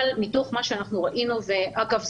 אבל שם אנחנו רואים אגב,